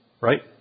Right